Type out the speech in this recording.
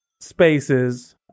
spaces